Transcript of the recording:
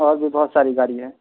اور بھی بہت ساری گاڑی ہے